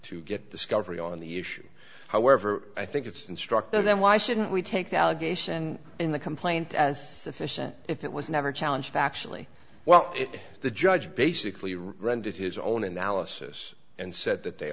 discovery on the issue however i think it's instructive then why shouldn't we take the allegation in the complaint as efficient if it was never challenged actually well the judge basically rendered his own analysis and said that they